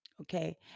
Okay